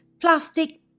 plastic